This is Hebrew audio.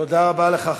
תודה רבה לך,